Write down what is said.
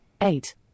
eight